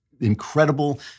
incredible